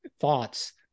thoughts